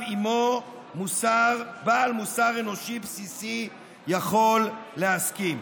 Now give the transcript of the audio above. שעימו בעל מוסר אנושי בסיסי יכול להסכים.